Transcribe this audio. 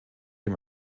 dem